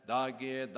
Dagi